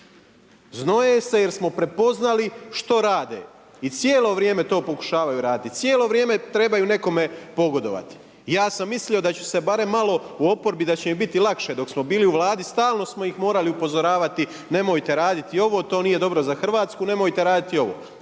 Znoje se jer smo prepoznali što rade i cijelo vrijeme to pokušavaju raditi. Cijelo vrijeme trebaju nekome pogodovati. Ja sam mislimo da ću se barem malo, u oporbi da će nam biti lakše dok smo bili u Vladi, stalno smo ih morali upozoravati nemojte raditi ovo, to nije dobro za Hrvatsku, nemojte raditi ovo.